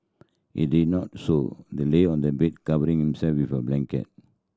he did not so the lay on the bed covering himself with a blanket